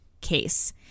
case